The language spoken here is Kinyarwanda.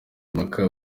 impaka